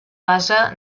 base